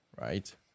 right